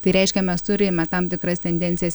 tai reiškia mes turime tam tikras tendencijas